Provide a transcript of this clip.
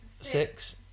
Six